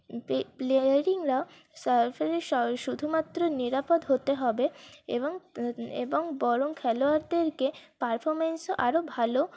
প্লেয়ারিংরা শুধুমাত্র নিরাপদ হতে হবে এবং এবং বরং খেলোয়াড়দেরকে পারফরম্যান্স আরও ভালো